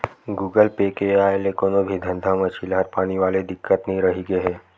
Google Pay के आय ले कोनो भी धंधा म चिल्हर पानी वाले दिक्कत नइ रहिगे हे